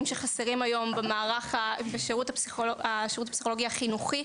שחסרים היום במערך שירות הפסיכולוגיה החינוכי.